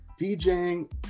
DJing